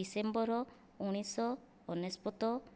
December ଉଣେଇଶ ଅନେଶତ